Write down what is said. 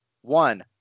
One